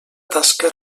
tasca